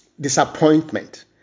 disappointment